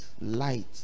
light